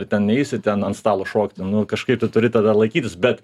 ir ten neisiu ten ant stalo šokti nu kažkaip tai turi tada laikytis bet